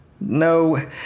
No